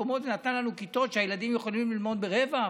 מקומות ונתנה לנו כיתות שהילדים יכולים ללמוד ברווח,